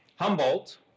Humboldt